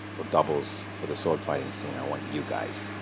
or doubles for the sword fighting scene. i want you guys.